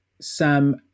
sam